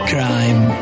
Crime